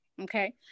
okay